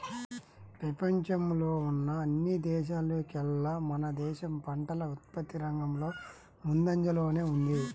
పెపంచంలో ఉన్న అన్ని దేశాల్లోకేల్లా మన దేశం పంటల ఉత్పత్తి రంగంలో ముందంజలోనే ఉంది